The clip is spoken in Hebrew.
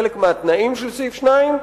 חלק מהתנאים של סעיף 2,